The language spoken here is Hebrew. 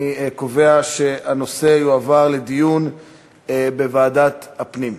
אני קובע שהנושא יעבור לדיון בוועדת הפנים.